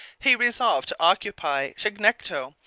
he resolved to occupy chignecto,